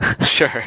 Sure